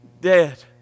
dead